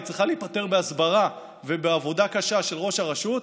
היא צריכה להיפתר בהסברה ובעבודה קשה של ראש הרשות,